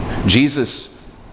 Jesus